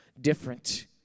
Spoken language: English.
different